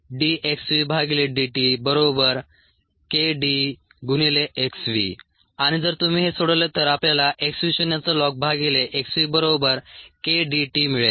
ddt kdxv आणि जर तुम्ही हे सोडवले तर आपल्याला x v शून्याचा लॉग भागिले x v बरोबर k d t मिळेल